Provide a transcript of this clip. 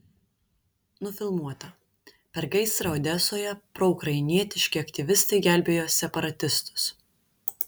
nufilmuota per gaisrą odesoje proukrainietiški aktyvistai gelbėjo separatistus